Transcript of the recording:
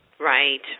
Right